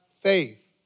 faith